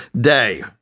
day